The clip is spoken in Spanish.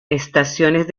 estaciones